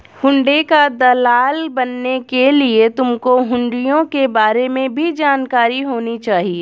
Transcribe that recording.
हुंडी का दलाल बनने के लिए तुमको हुँड़ियों के बारे में भी जानकारी होनी चाहिए